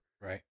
Right